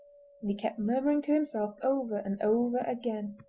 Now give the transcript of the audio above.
and he kept murmuring to himself over and over again